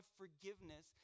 forgiveness